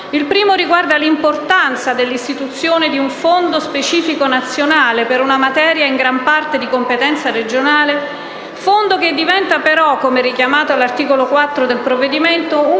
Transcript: Il primo riguarda l'importanza dell'istituzione di un Fondo specifico nazionale per una materia in gran parte di competenza regionale, Fondo che diventa però, come richiamato dall'articolo 4 del provvedimento, un